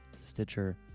Stitcher